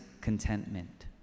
contentment